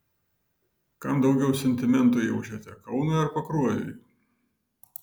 kam daugiau sentimentų jaučiate kaunui ar pakruojui